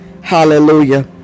Hallelujah